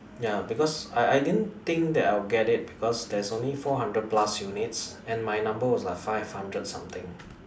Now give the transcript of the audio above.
ya because I I I didn't think that I will get it because there's only four hundred plus units and my number was like five hundred something